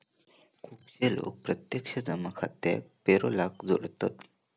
खुपशे लोक प्रत्यक्ष जमा खात्याक पेरोलाक जोडतत